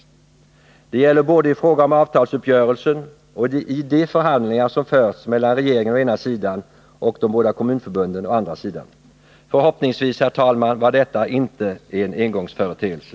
Detta gäller både i fråga om avtalsuppgörelsen och i de förhandlingar som har förts mellan regeringen å ena sidan och de båda kommunförbunden å andra sidan. Förhoppningsvis var detta, herr talman, inte en engångsföreteelse.